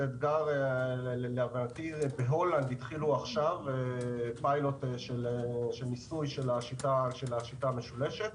להבנתי בהולנד התחילו עכשיו פיילוט ניסוי של השיטה המשולשת.